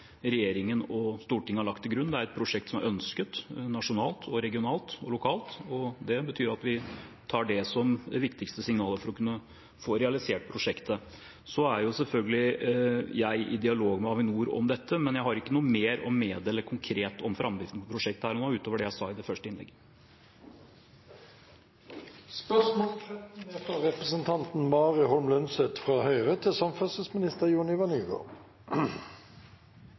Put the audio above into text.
er et prosjekt som er ønsket nasjonalt, regionalt og lokalt, og det betyr at vi tar det som det viktigste signalet for å kunne få realisert prosjektet. Så er jeg selvfølgelig i dialog med Avinor om dette, men jeg har ikke noe mer å meddele konkret om framdriften i prosjektet her og nå, ut over det jeg sa i det første innlegget. Jeg tillater meg å stille følgende spørsmål til samferdselsministeren: «Statsråden svarer 24. januar på skriftlig spørsmål fra